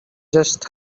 just